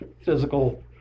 physical